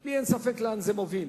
לי אין ספק לאן זה מוביל.